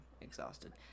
exhausted